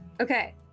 Okay